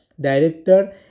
director